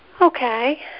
okay